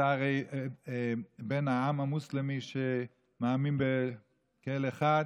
אתה הרי בן העם המוסלמי שמאמין באל אחד,